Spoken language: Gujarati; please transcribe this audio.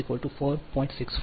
64 8